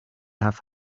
have